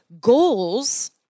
goals